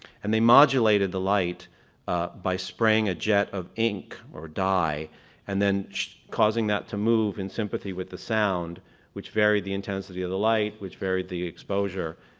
and they modulated the light by spraying a jet of ink or dye and then causing that to move in sympathy with the sound which varied the intensity of the light which varied the exposure.